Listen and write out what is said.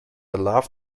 love